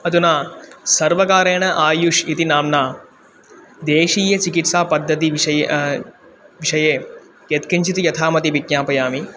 अधुना सर्वकारेण आयुष् इति नाम्ना देशीयचिकित्सापद्धतेः विषये विषये यत्किञ्चित् यथामति विज्ञापयामि